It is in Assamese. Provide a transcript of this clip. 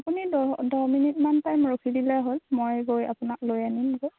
আপুনি দহ দহ মিনিটমান টাইম ৰখি দিলে হ'ল মই গৈ আপোনাক লৈ আনিমগৈ